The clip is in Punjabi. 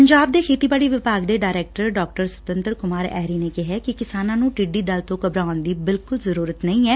ਪੰਜਾਬ ਦੇ ਖੇਤੀਬਾੜੀ ਵਿਭਾਗ ਦੇ ਡਾਇਰੈਕਟਰ ਡਾ ਸੁਤੰਤਰ ਕੁਮਾਰ ਐਰੀ ਨੇ ਕਿਹਾ ਕਿ ਕਿਸਾਨਾਂ ਨੂੰ ਟਿੱਡੀ ਦਲ ਤੋ ਘਬਰਾਉਣ ਦੀ ਬਿਲਕੁਲ ਜ਼ਰੁਰਤ ਨਹੀਂ ਐ